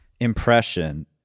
impression